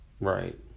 Right